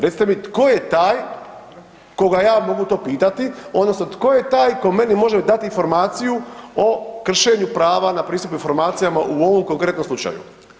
Recite mi tko je taj koga ja mogu to pitati odnosno tko je taj ko meni može dati informaciju o kršenju prava na pristup informacijama u ovom konkretnom slučaju?